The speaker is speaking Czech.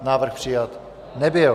Návrh přijat nebyl.